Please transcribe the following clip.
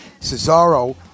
Cesaro